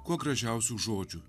kuo gražiausių žodžių